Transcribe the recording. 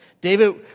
David